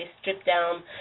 stripped-down